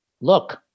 look